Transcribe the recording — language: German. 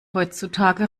heutzutage